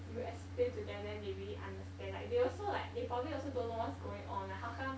you explain to them then they maybe understand like they also like they probably also don't know what's going on like how come